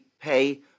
pay